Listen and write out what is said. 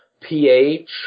pH